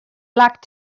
luck